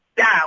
down